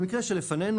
במקרה שלפנינו,